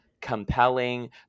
compelling